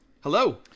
Hello